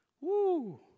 Woo